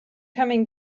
coming